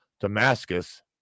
Damascus